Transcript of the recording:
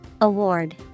award